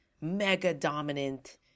mega-dominant